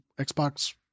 Xbox